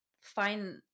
find